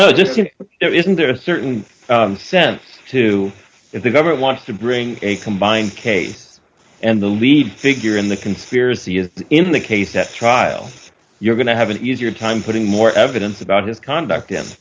know isn't there a certain sense to in the government wants to bring a combined case and the lead figure in the conspiracy is in the case at trial you're going to have an easier time putting more evidence about his conduct him